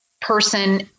person